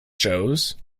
shows